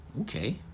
Okay